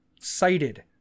cited